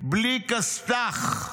בלי כסת"ח.